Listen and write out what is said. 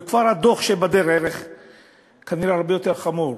אבל הדוח שכבר בדרך כנראה הרבה יותר חמור.